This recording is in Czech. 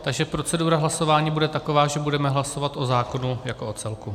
Takže procedura hlasování bude taková, že budeme hlasovat o zákonu jako o celku.